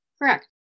Correct